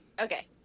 Okay